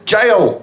Jail